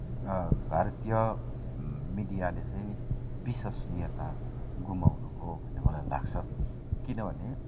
भारतीय मिडियाले चाहिँ विश्वसनीयता गुमाउनु हो भन्ने मलाई लाग्छ किनभने